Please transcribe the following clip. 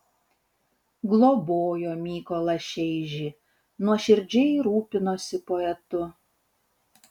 globojo mykolą šeižį nuoširdžiai rūpinosi poetu